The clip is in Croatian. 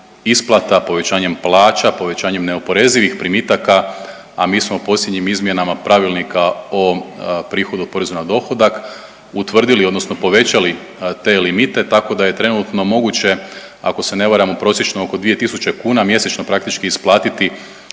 isplata, povećanjem plaća, povećanjem neoporezivih primitaka, a mi smo posljednjim izmjenama pravilnika o prihodu o porezu na dohodak utvrdili odnosno povećali te limite, tako da je trenutno moguće, ako se ne varam, u prosječno oko 2000 kuna mjesečno praktički isplatiti